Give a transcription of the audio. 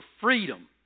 freedom